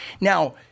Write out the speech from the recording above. Now